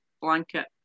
blanket